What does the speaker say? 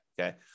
Okay